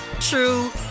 true